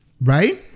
right